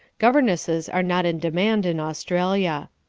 governesses are not in demand in australia,